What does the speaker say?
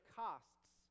costs